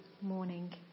morning